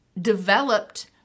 developed